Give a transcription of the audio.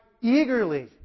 eagerly